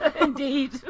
indeed